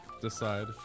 decide